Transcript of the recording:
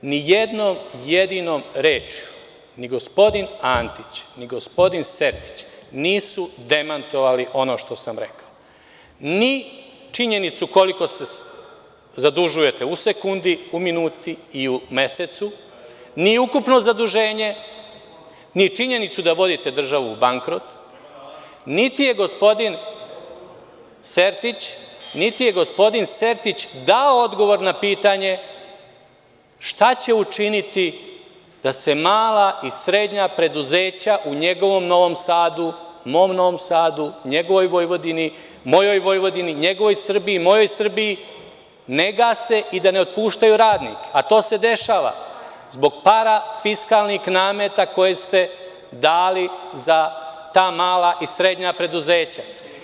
Ni jednom jedinom rečju ni gospodin Antić ni gospodin Sertić nisu demantovali ono što sam rekao, ni činjenicu koliko se zadužujete u sekundi, u minuti i u mesecu, ni ukupno zaduženje, ni činjenicu da vodite državu u bankrot, niti je gospodin Sertić dao odgovor na pitanje šta će učiniti da se mala i srednja preduzeća u njegovom Novom Sadu, u mom Novom Sadu, u njegovoj Vojvodini, u mojoj Vojvodini, u njegovoj Srbiji, u mojoj Srbiji ne gase i da ne otpuštaju radnike, a to se dešava zbog parafiskalnih nameta koje ste dali za ta mala i srednja preduzeća.